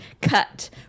cut